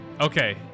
okay